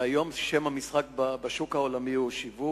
והיום שם המשחק בשוק העולמי הוא שיווק,